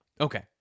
Okay